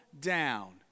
down